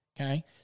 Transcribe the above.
okay